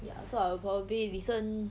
ya so I'll probably listen